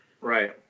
right